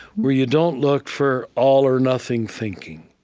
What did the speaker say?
where you don't look for all-or-nothing thinking.